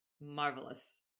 marvelous